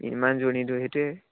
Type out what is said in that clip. ইমান জোৰ নিদিওঁ সেইটোৱেই